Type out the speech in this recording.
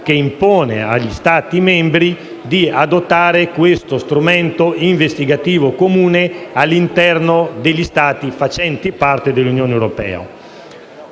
ha imposto agli Stati membri di adottare questo strumento investigativo comune all'interno degli Stati facenti parte dell'Unione europea.